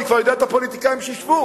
אני כבר יודע מי הפוליטיקאים שישבו.